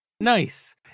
Nice